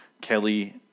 Kelly